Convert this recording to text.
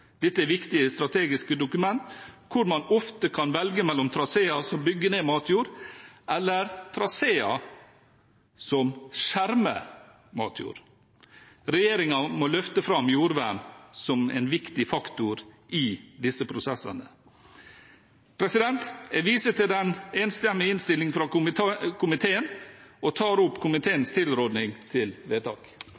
Dette er viktige strategiske dokument hvor man ofte kan velge mellom traseer som bygger ned matjord, eller traseer som skjermer matjord. Regjeringen må løfte fram jordvern som en viktig faktor i disse prosessene. Jeg viser til den enstemmige innstillingen fra komiteen og komiteens tilråding til vedtak.